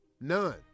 None